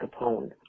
Capone